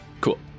Cool